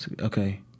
Okay